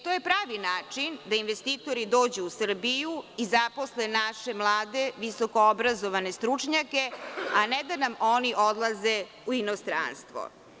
To je pravi način da investitori dođu u Srbiju i zaposle naše mlade visokoobrazovane stručnjake, a ne da nam oni odlaze u inostranstvo.